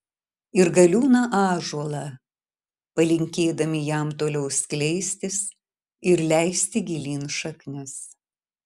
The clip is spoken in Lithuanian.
ir galiūną ąžuolą palinkėdami jam toliau skleistis ir leisti gilyn šaknis